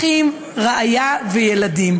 אחים, רעיה וילדים.